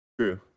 True